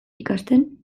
ikasten